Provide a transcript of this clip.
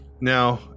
Now